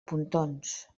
pontons